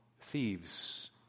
thieves